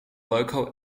local